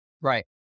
Right